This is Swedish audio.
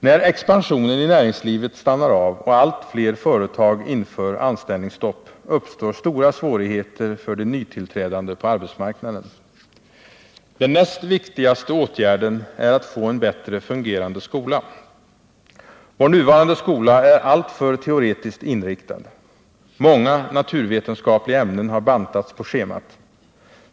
När expansionen i näringslivet stannar av och allt fler företag inför anställningsstopp uppstår stora svårigheter för de nytillträdande på arbetsmarknaden. Den näst viktigaste åtgärden är att få en bättre fungerande skola. Vår nuvarande skola är alltför teoretiskt inriktad. Många naturvetenskapliga ämnen har bantats på schemat.